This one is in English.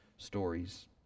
Stories